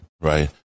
right